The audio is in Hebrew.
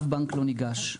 אף בנק לא ניגש.